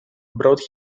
brought